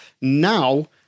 now